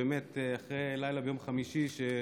באמת אחרי הלילה ביום חמישי,